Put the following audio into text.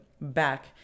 back